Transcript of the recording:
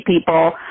people